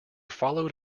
followed